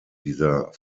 dieser